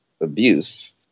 abuse